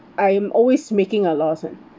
I'm always making a loss [one]